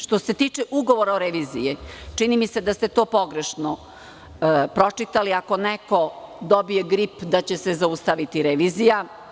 Što se tiče Ugovora o reviziji, čini mi se da ste to pogrešno pročitali, ako neko dobije grip da će se zaustaviti revizija.